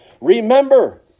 Remember